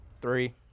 Three